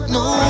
no